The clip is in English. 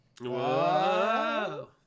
Whoa